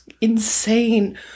insane